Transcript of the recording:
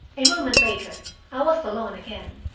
a moment later i was alone again,